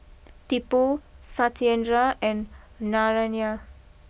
Tipu Satyendra and Narayana